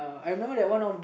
I remember that one of